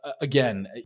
again